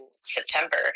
September